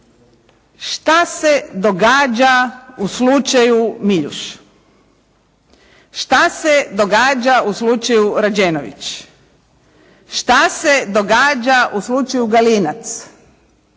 što se događa u slučaju Miljuš? Što se događa u slučaju Rađenović? Što se događa u slučaju Galinac?